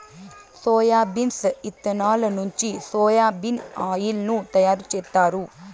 soybeans ఇత్తనాల నుంచి soya bean oil ను తయారు జేత్తారు